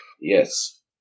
Yes